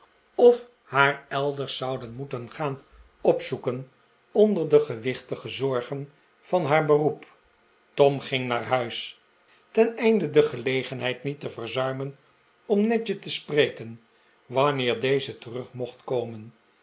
of haar elders zouden moeten gaan opzoeken onder de gewichtige zorgen van haar beroep tom ging naar huis teneinde de gelegenheid niet te verzuimen om nadgett te spreken wanneer deze terug mocht komen